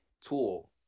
tool